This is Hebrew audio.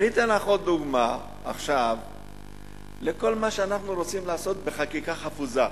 אני אתן לך עכשיו עוד דוגמה לכל מה שאנחנו רוצים לעשות בחקיקה חפוזה.